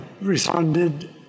responded